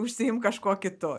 užsiimk kažkuo kitu